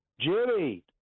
Jimmy